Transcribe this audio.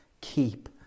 keep